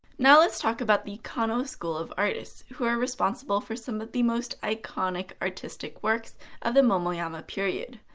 now let's talk about the kano school of artists, who are responsible for some of the most iconic artistic works of the momoyama period.